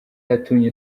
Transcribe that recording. yatumye